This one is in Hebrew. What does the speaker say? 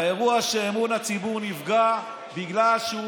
האירוע הוא שאמון הציבור נפגע בגלל שהוא